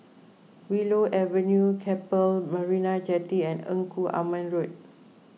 Willow Avenue Keppel Marina Jetty and Engku Aman Road